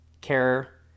care